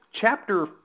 chapter